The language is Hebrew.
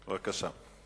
בבקשה.